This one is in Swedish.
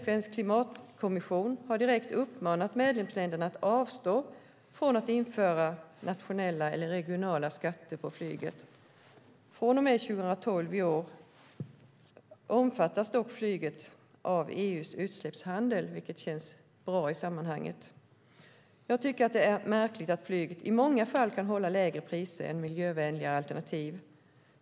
FN:s klimatkommission har direkt uppmanat medlemsländerna att avstå från att införa nationella eller regionala skatter på flyget. Från och med i år, 2012, omfattas dock flyget av EU:s utsläppshandel, vilket känns bra i sammanhanget. Jag tycker också att det är märkligt att flyget i många fall kan hålla lägre priser än miljövänligare alternativ.